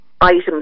items